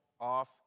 off